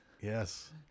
Yes